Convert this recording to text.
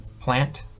plant